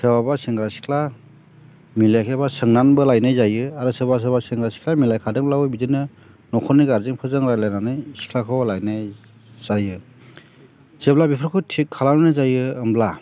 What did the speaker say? सोरहाबा सेंग्रा सिख्ला मिलायाखैबा सोंनानैबो लायनाय जायो आरो सोरबा सोरबा सेंग्रा सिख्ला मिलायखादोंबाबो बिदिनो न'खरनि गारजेनफोरजों रायलायनानै सिख्लाखौ लायनाय जायो जेब्ला बेफोरखौ थिख खालामनाय जायो होनब्ला